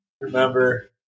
remember